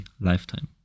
lifetime